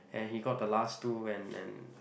and he got the last two and and